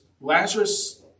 Lazarus